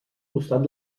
costat